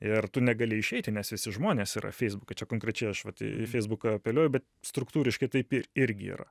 ir tu negali išeiti nes visi žmonės yra feisbuke čia konkrečiai aš vat į feisbuką apeliuoju bet struktūriškai taip ir irgi yra